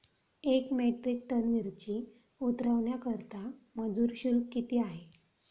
एक metric ton मिरची उतरवण्याकरता मजुर शुल्क किती आहे?